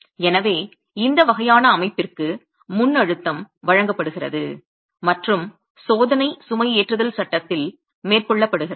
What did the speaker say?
எனவே இந்த வகையான அமைப்பிற்கு முன்அழுத்தம் வழங்கப்படுகிறது மற்றும் சோதனை சுமைஏற்றுதல் சட்டத்தில் மேற்கொள்ளப்படுகிறது